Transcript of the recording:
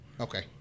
Okay